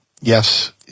yes